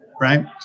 right